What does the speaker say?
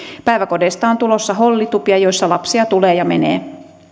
päiväkodeista on tulossa hollitupia joissa lapsia tulee ja menee